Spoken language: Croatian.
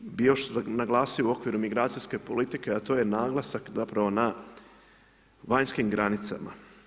Ono što bih još naglasio u okviru migracijske politike, a to je naglasak, zapravo, na vanjskim granicama.